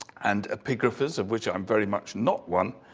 and epigraphers, of which i'm very much not one,